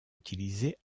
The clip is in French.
utilisés